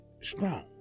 strong